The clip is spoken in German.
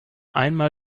einmal